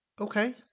Okay